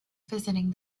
visiting